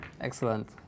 Excellent